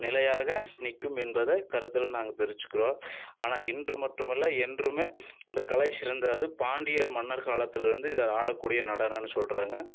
நிலையாக நிற்கும் என்பதை கருத்தில் நாங்கள் தெரிவித்திக்கிறோம் ஆனால் இன்று மட்டும் அல்ல என்றும் இந்த கலை சிறந்தது பாண்டியர் மன்னர் காலத்திலேயிருந்து இது ஆட கூடிய நடனம்னு சொல்கிறாங்க